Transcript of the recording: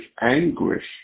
anguish